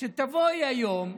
שתבואי היום.